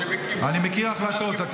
שבקיבוץ, הקיבוץ מקבל.